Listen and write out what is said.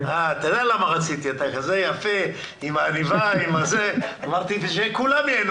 לא הייתה שום בעיה והעלויות היו מאוד